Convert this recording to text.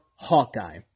Hawkeye